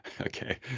Okay